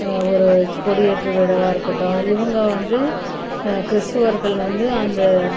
ஒரு கொடியேற்றம் விழாவாக இருக்கட்டும் இவங்க வந்து கிறிஸ்துவர்கள் வந்து அந்த